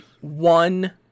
one